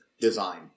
design